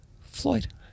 Floyd